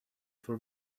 for